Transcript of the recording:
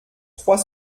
trois